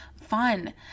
fun